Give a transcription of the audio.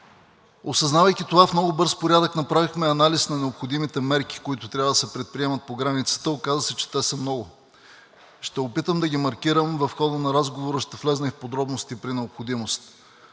Осъзнавайки това, в много бърз порядък направихме анализ на необходимите мерки, които трябва да се предприемат по границата. Оказа се, че те са много. Ще опитам да ги маркирам, в хода на разговора ще вляза и в подробности при необходимост.